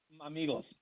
amigos